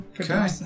Okay